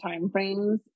timeframes